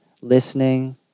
listening